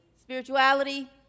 spirituality